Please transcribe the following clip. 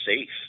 safe